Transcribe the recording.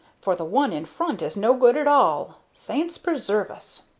for the one in front is no good at all? saints preserve us!